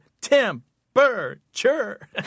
temperature